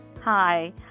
Hi